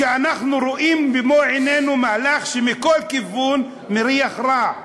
כשאנחנו רואים במו-עינינו מהלך שמכל כיוון מריח רע?